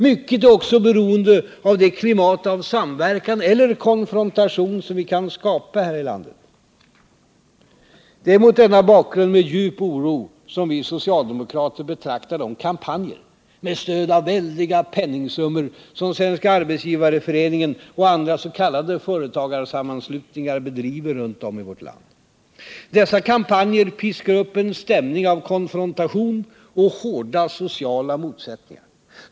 Mycket är också beroende av det klimat av samverkan eller konfrontation som vi kan skapa här i landet. Det är mot denna bakgrund som vi socialdemokrater med djup oro betraktar de kampanjer med stöd av väldiga penningsummor som Svenska arbetsgivareföreningen och andra s.k. företagarsammanslutningar bedriver runt om i vårt land. Dessa kampanjer piskar upp en stämning av konfrontation och hårda sociala motsättningar.